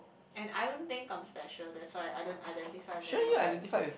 and I don't think come special that's why I don't identify any of them